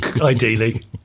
ideally